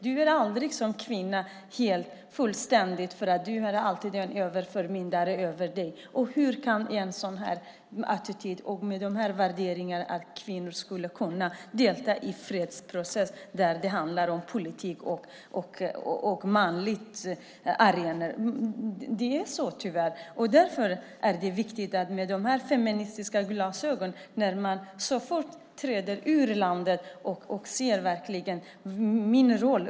Du är aldrig som kvinna hel och fullständig eftersom du alltid har en överförmyndare över dig. Hur skulle kvinnor kunna delta i en fredsprocess med en sådan attityd och sådana värderingar? Det handlar om politik och manliga arenor. Det är tyvärr så. Det är viktigt att ta på sig de feministiska glasögonen så fort man är ute ur landet så att man verkligen ser sin roll.